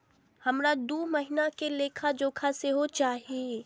हमरा दूय महीना के लेखा जोखा सेहो चाही